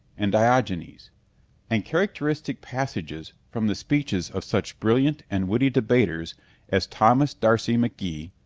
and diogenes and characteristic passages from the speeches of such brilliant and witty debaters as thomas d'arcy mcgee,